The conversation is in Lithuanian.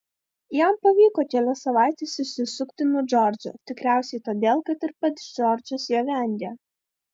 jam pavyko kelias savaites išsisukti nuo džordžo tikriausiai todėl kad ir pats džordžas jo vengė